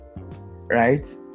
right